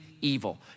evil